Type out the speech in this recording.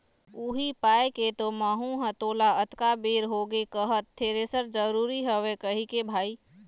उही पाय के तो महूँ ह तोला अतका बेर होगे कहत थेरेसर जरुरी हवय कहिके भाई